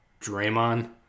Draymond